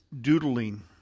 doodling